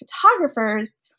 Photographers